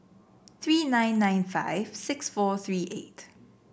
three nine nine five six four three eight